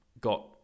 got